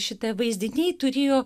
šita vaizdiniai turėjo